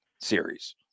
series